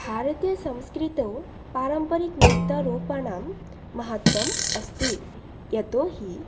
भारतीयसंस्कृतौ पारम्परिकनृत्यरूपाणां महत्तम् अस्ति यतो हि